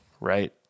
right